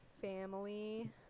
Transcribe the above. family